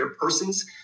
persons